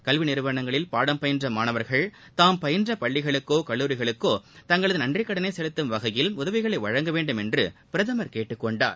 கல்விநிறுவனங்களில் பாடம் பயின்றமாணவர்கள் தாம் பயின்றபள்ளிகளுக்கோ கல்லூரிகளுக்கோ தங்களுடையநன்றிகடனைசெலுத்தும் வகையில் உதவிகளைவழங்க வேண்டும் என்றுபிரதமர் கேட்டுக் கொண்டார்